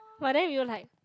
but then we're like